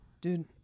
Dude